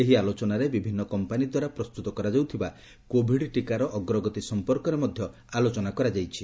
ଏହି ଆଲୋଚନାରେ ବିଭିନ୍ନ କମ୍ପାନୀ ଦ୍ୱାରା ପ୍ରସ୍ତୁତ କରାଯାଉଥିବା କୋଭିଡ୍ ଟିକାର ଅଗ୍ରଗତି ସମ୍ପର୍କରେ ମଧ୍ୟ ଆଲୋଚନା କରାଯାଇଛି